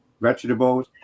vegetables